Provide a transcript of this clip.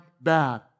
bad